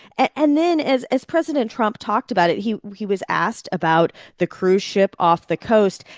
and then as as president trump talked about it, he he was asked about the cruise ship off the coast.